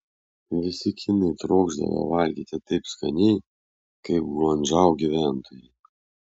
visi kinai trokšdavę valgyti taip skaniai kaip guangdžou gyventojai